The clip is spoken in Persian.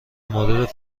مورد